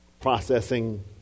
Processing